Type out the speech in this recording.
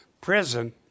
prison